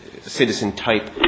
citizen-type